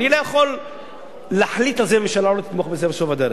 אני לא יכול להחליט על זה והממשלה לא תתמוך בזה בסוף הדרך.